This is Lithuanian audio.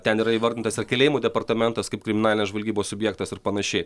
ten yra įvardintas ir kalėjimų departamentas kaip kriminalinės žvalgybos subjektas ir panašiai